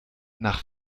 nach